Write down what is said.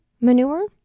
manure